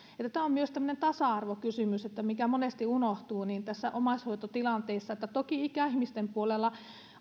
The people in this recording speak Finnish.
tämä on myös tasa arvokysymys mikä monesti unohtuu näissä omaishoitotilanteissa toki ikäihmisten puolella